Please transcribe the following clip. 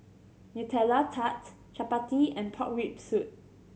Nutella Tart chappati and pork rib soup